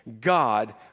God